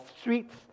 streets